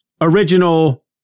original